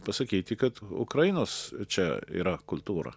pasakyti kad ukrainos čia yra kultūra